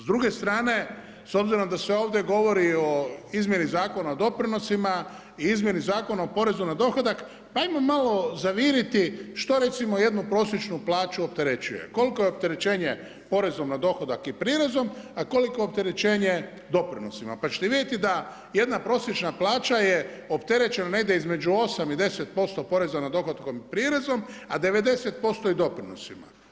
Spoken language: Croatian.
S druge strane, s obzirom da se ovdje govori o izmjeni Zakona o doprinosima i izmjeni Zakona o porezu na dohodak, pa ajmo malo zaviriti što recimo jednu prosječnu plaću opterećuje, koliko je opterećenje porezom na dohodak i prirezom, a koliko opterećenje doprinosima, pa će te vidjeti da jedna prosječna plaća je opterećena negdje između 8 i 10% poreza na dohotkom i prirezom, a 90% je doprinosima.